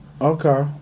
Okay